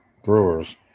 Brewers